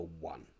one